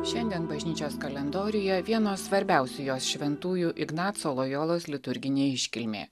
šiandien bažnyčios kalendoriuje vieno svarbiausių jos šventųjų ignaco lojolos liturginė iškilmė